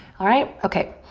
alright, okay.